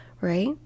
right